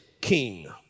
king